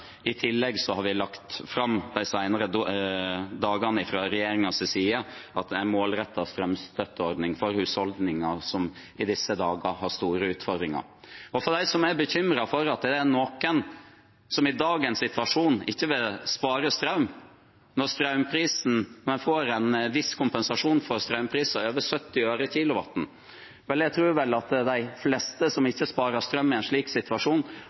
I tillegg har vi de seneste dagene fra regjeringens side lagt fram en målrettet strømstøtteordning for husholdninger som i disse dager har store utfordringer. Og for dem som er bekymret for at det er noen som i dagens situasjon ikke vil spare strøm når man får en viss kompensasjon for strømpriser over 70 øre/kWh, tror jeg de fleste som ikke sparer strøm i en slik situasjon,